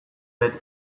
beti